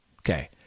Okay